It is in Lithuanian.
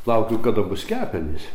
laukiau kada bus kepenys